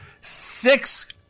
Six